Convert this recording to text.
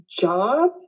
job